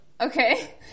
Okay